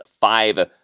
five